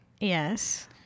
Yes